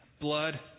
blood